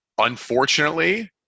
unfortunately